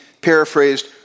paraphrased